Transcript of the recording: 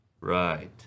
Right